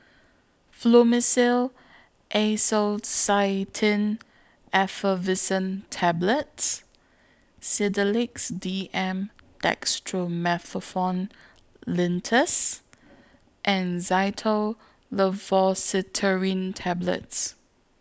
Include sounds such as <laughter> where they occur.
Fluimucil Acetylcysteine Effervescent Tablets Sedilix D M Dextromethorphan Linctus and <unintelligible> Tablets